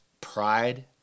pride